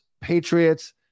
Patriots